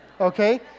okay